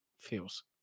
feels